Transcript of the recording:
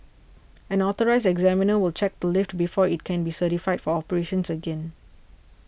an Authorised Examiner will check the lift before it can be certified for operations again